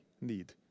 need